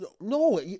no